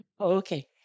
Okay